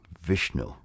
Vishnu